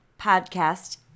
podcast